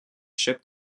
shipped